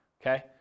okay